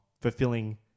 fulfilling